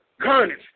carnage